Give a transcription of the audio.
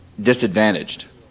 disadvantaged